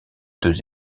deux